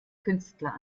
künstler